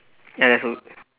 ya there's a